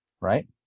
right